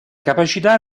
capacità